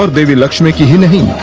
ah lady lakshmi